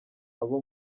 abo